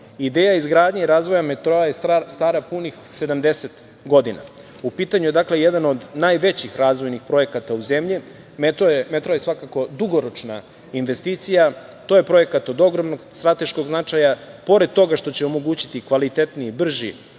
Ideja izgradnje i razvoja metroa je stara punih 70 godina. U pitanju je jedan od najvećih razvojnih projekat u zemlji. Metro je svakako dugoročna investicija. To je projekat od ogromnog strateškog značaja, pored toga što će omogućiti kvalitetniji i brži